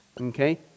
Okay